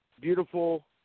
beautiful